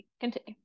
Continue